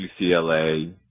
UCLA